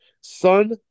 Sun